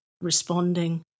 responding